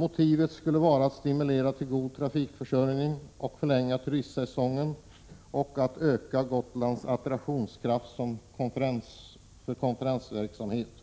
Motivet skulle vara att stimulera till god trafikförsörjning, förlänga turistsäsongen och öka Gotlands attraktionskraft för konferensverksamheten.